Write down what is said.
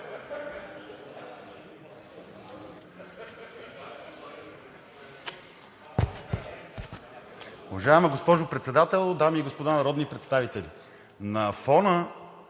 Уважаема госпожо Председател, дами и господа народни представители!